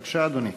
בבקשה, אדוני.